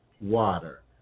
water